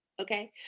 okay